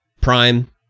prime